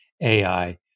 AI